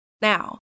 Now